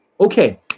Okay